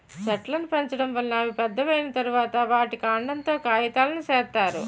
చెట్లును పెంచడం వలన అవి పెద్దవి అయ్యిన తరువాత, వాటి కాండం తో కాగితాలును సేత్తారు